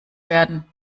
werden